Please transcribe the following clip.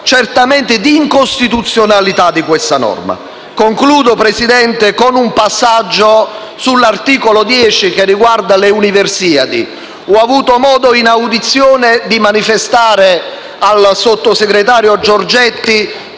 certamente un caso di incostituzionalità di questa norma. Concludo, signor Presidente, con un passaggio sull'articolo 10, che riguarda le Universiadi. Ho avuto modo in audizione di manifestare al sottosegretario Giorgetti